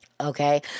Okay